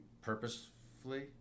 purposefully